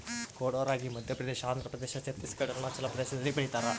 ಕೊಡೋ ರಾಗಿ ಮಧ್ಯಪ್ರದೇಶ ಆಂಧ್ರಪ್ರದೇಶ ಛತ್ತೀಸ್ ಘಡ್ ಅರುಣಾಚಲ ಪ್ರದೇಶದಲ್ಲಿ ಬೆಳಿತಾರ